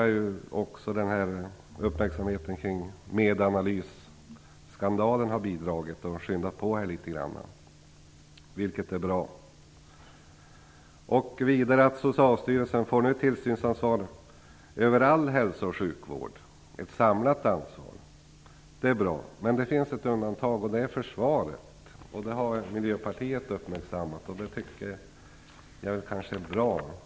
Jag tror att uppmärksamheten kring Medanalysskandalen har bidragit till att skynda på detta litet grand, vilket bär bra. Socialstyrelsen får nu ett samlat tillsynsansvar över all hälso och sjukvård. Det är bra. Det finns dock ett undantag, nämligen försvaret, något som Miljöpartiet har uppmärksammat. Jag tycker att det är bra.